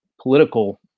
political